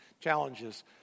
Challenges